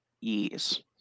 Yes